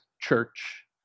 church